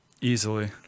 Easily